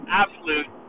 absolute